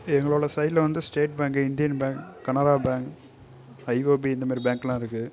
எங்களோட சைட்டில் வந்து state bank Indian bank Canara bank IOB இந்த மாதிரி பேங்க்கு எல்லாம் இருக்கு